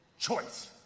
Choice